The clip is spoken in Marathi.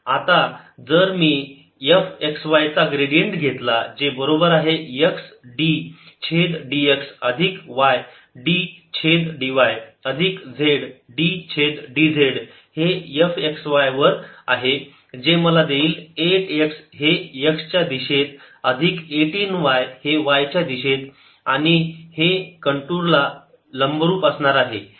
आता जर मी f x y चा ग्रेडियंट घेतला जे बरोबर आहे x d छेद d x अधिक y d छेद dy अधिक z d छेद dz हे f x y वर आहे जे मला देईल 8 x हे x या दिशेत अधिक 18 y हे y या दिशेत आणि हे कंटूर ला लंबरूप असणार आहे